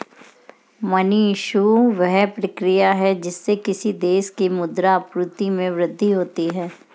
money issue, वह प्रक्रिया है जिससे किसी देश की मुद्रा आपूर्ति में वृद्धि होती है